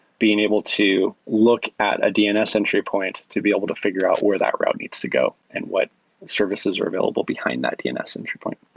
being able to look at a dns entry point to be able to figure out where that route needs to go and what services are available behind that dns entry point.